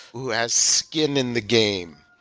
who has skin in the game.